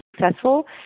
successful